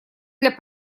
для